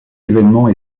évènements